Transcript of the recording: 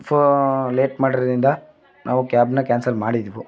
ಫೋ late ಮಾಡಿರೋದಿಂದ ನಾವು ಕ್ಯಾಬನ್ನ ಕ್ಯಾನ್ಸಲ್ ಮಾಡಿದ್ವು